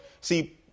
See